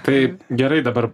tai gerai dabar